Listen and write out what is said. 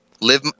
Live